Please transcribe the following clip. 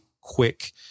quick